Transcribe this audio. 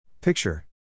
Picture